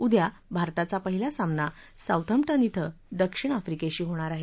उद्या भारताचा पहिला सामना साऊदम्प उ धि दक्षिण आफ्रीकेशी होणार आहे